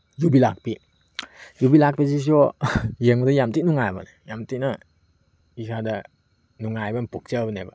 ꯌꯨꯕꯤ ꯂꯥꯛꯄꯤ ꯌꯨꯕꯤ ꯂꯥꯛꯄꯤꯁꯤꯁꯨ ꯌꯦꯡꯕꯗ ꯌꯥꯝ ꯊꯤꯅ ꯅꯨꯡꯉꯥꯏꯕꯅꯦ ꯌꯥꯝ ꯊꯤꯅ ꯏꯁꯥꯗ ꯅꯨꯡꯉꯥꯏꯕ ꯑꯃ ꯄꯣꯛꯆꯕꯅꯦꯕ